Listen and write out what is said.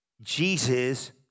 Jesus